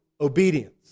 obedience